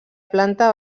planta